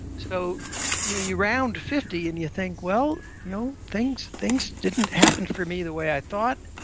so you you round fifty and you think, well, you know things things didn't happen for me the way i thought.